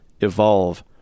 evolve